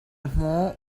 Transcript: hmuh